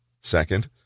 Second